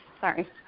sorry